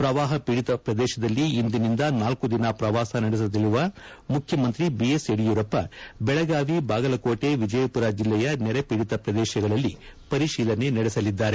ಪ್ರವಾಹಪೀಡಿತ ಪ್ರದೇಶದಲ್ಲಿ ಇಂದಿನಿಂದ ನಾಲ್ಕು ದಿನ ಪ್ರವಾಸ ನಡೆಸಲಿರುವ ಮುಖ್ಯಮಂತ್ರಿ ಬಿಎಸ್ ಯಡಿಯೂರಪ್ಪ ಬೆಳಗಾವಿ ಬಾಗಲಕೋಟೆ ವಿಜಯಪುರ ಜಿಲ್ಲೆಯ ನೆರೆ ಪೀಡಿತ ಪ್ರದೇಶಗಳಲ್ಲಿ ಪರಿಶೀಲನೆ ನಡೆಸಲಿದ್ದಾರೆ